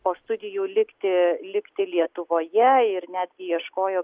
po studijų likti likti lietuvoje ir netgi ieškojo